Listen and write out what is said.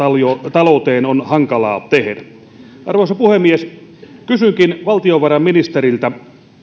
talouteen on hankalaa tehdä arvoisa puhemies kysynkin valtiovarainministeriltä